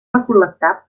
recol·lectar